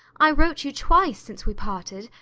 i wrote to you twice since we parted,